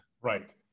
Right